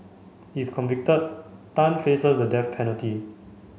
if convicted Tan faces the death penalty